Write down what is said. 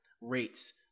rates